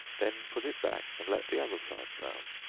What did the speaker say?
then put it back, and let the other side brown.